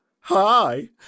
Hi